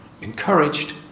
encouraged